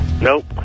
Nope